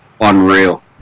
unreal